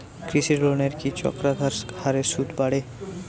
কৃষি লোনের কি চক্রাকার হারে সুদ বাড়ে?